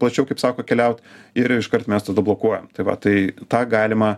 plačiau kaip sako keliaut ir iškart mes tada blokuojam tai va tai tą galima